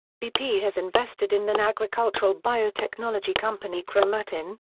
bp has invested in an agricultural biotechnology company chromatin,